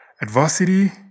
Adversity